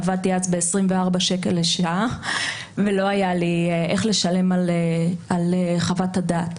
עבדתי אז ב-24 שקלים לשעה ולא היה לי איך לשלם על חוות הדעת.